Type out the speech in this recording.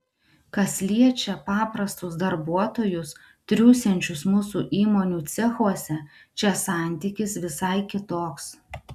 kas liečia paprastus darbuotojus triūsiančius mūsų įmonių cechuose čia santykis visai kitoks